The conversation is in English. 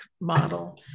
model